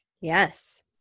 Yes